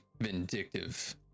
vindictive